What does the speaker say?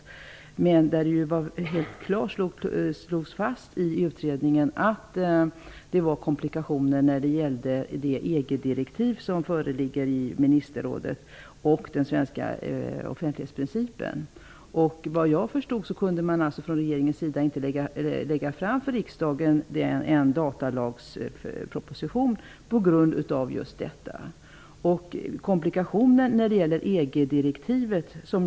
I utredningen slogs helt klart fast att det fanns komplikationer när det gällde de EG-direktiv som föreligger i Ministerrådet och den svenska offentlighetsprincipen. Såvitt jag förstod kunde regeringen inte lägga fram en datalagsproposition för riksdagen på grund av just detta.